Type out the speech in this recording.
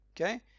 okay